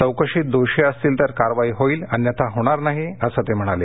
घौकशीत दोषी असतील तर कारवाई होईल अन्यथा होणार नाही असं ते म्हणाले